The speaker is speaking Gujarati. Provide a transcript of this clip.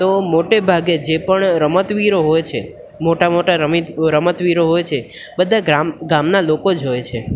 તો મોટે ભાગે જે પણ રમતવીરો હોય છે મોટા મોટા રમિત રમતવીરો હોય છે બધાં ગામ ગામના લોકો જ હોય છે